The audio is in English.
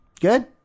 Good